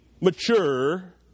mature